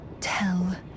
Tell